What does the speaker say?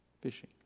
fishing